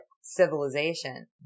civilization